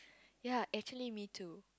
ya actually me too